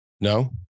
No